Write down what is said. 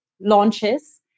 launches